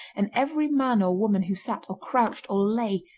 and every man or woman who sat, or crouched, or lay,